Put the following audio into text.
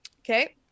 okay